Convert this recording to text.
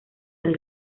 del